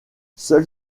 seul